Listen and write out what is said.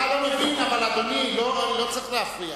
אתה לא מבין, אבל, אדוני, לא צריך להפריע.